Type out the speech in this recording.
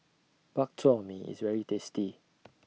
Bak Chor Mee IS very tasty